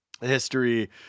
history